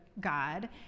God